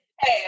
Hey